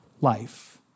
life